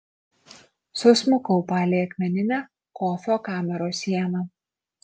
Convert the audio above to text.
susmukau palei akmeninę kofio kameros sieną